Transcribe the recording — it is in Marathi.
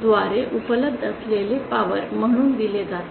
द्वारे उपलब्ध असलेल्या पॉवर म्हणून दिले जाते